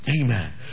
amen